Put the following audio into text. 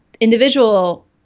individual